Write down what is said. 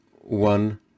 one